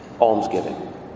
almsgiving